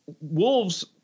Wolves